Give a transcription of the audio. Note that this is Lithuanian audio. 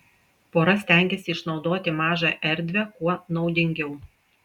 pora stengėsi išnaudoti mažą erdvę kuo naudingiau